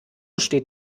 steht